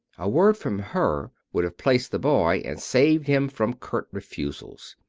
a word from her would have placed the boy and saved him from curt refusals.